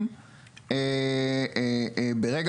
ברגע